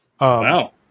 Wow